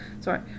sorry